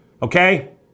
Okay